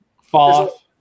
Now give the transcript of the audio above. Fall